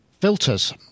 filters